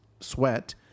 sweat